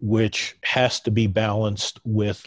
which has to be balanced with